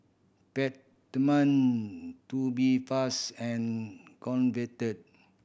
Peptamen Tubifast and Convatec